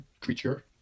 creature